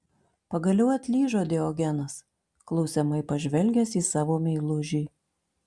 pagaliau atlyžo diogenas klausiamai pažvelgęs į savo meilužį